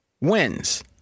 wins